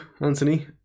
Anthony